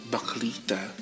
Baklita